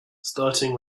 starting